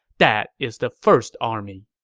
that is the first army.